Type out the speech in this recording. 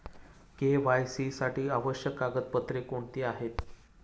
KYC साठी आवश्यक कागदपत्रे कोणती आहेत?